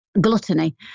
gluttony